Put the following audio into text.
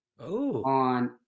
on